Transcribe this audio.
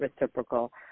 reciprocal